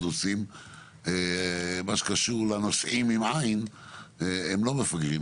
נושאים במה שקשור לנוסעים עם ע' הם לא מפגרים,